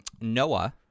Noah